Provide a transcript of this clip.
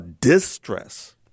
distress